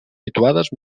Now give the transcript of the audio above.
situades